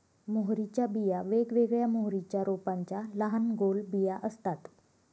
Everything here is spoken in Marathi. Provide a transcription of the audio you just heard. मोहरीच्या बिया वेगवेगळ्या मोहरीच्या रोपांच्या लहान गोल बिया असतात